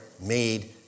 made